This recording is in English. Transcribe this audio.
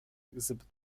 exhibit